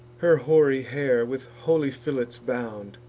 her hoary hair with holy fillets bound,